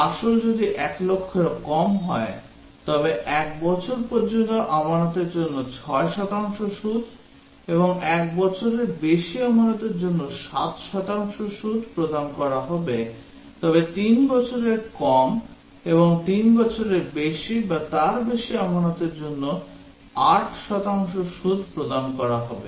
আসল যদি 1 লক্ষেরও কম হয় তবে 1 বছর পর্যন্ত আমানতের জন্য 6 শতাংশ সুদ এবং 1 বছরের বেশি আমানতের জন্য 7 শতাংশ সুদ প্রদান করা হবে তবে 3 বছরের কম এবং 3 বছরের বেশি বা তার বেশি আমানতের জন্য 8 শতাংশ সুদ প্রদান করা হবে